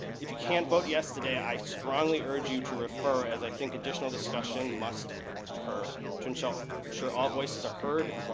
if you can't vote yes today, i strongly urge you to refer, as i think additional discussion must occur, to ensure all voices are heard,